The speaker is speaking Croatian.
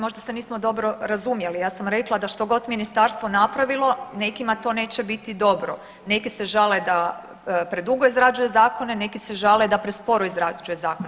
Možda se nismo dobro razumjeli, ja sam rekla da štogod ministarstvo napravilo nekima to neće biti dobro, neki se žale da predugo izrađuje zakone, neki se žale da presporo izrađuje zakone.